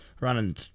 running